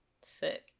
Sick